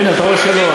הנה, אתה רואה שלא.